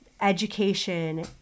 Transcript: education